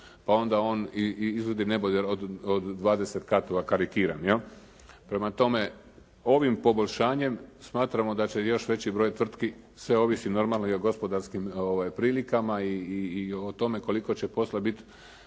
pa onda on izvodi neboder od 20 katova, karikiram. Prema tome, ovim poboljšanjem smatramo da će još veći broj tvrtki, sve ovisi normalno i o gospodarskim prilikama i o tome koliko će posla bit